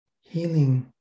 healing